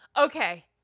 okay